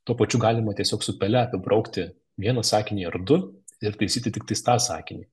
tuo pačiu galima tiesiog su pele apibraukti vieną sakinį ar du ir taisyti tiktais tą sakinį